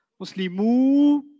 Muslimu